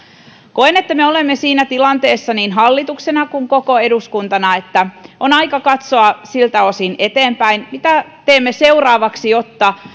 koen että me olemme siinä tilanteessa niin hallituksena kuin koko eduskuntana että on aika katsoa siltä osin eteenpäin mitä teemme seuraavaksi jotta